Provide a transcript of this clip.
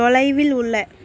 தொலைவில் உள்ள